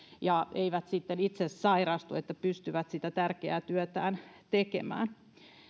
ja eivät sitten itse sairastuisi että he pystyvät sitä tärkeää työtään tekemään